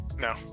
No